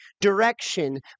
direction